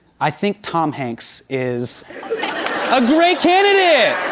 i think tom hanks is a great candidate!